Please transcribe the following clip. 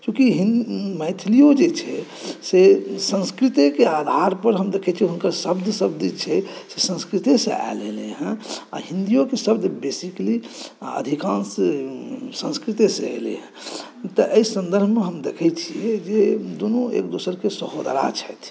चुँकि मैथिलिओ जे छैक से संस्कृतेकेँ आधार पर हम देखै छी जे हुनकर शब्द सभ जे छैक से संस्कृते सँ आयल हँ आ हिन्दीओकेँ शब्द बेसिकली आ अधिकान्श संस्कृतेसँ एलै हँ तऽएहि सन्दर्भमे हम देखै छी जे दुनू एक दोसरक सहोदरा छथि